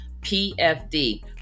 PFD